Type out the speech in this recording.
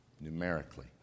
numerically